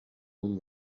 اون